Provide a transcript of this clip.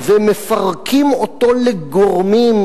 ומפרקים אותו לגורמים,